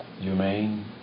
humane